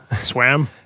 swam